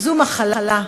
זו מחלה,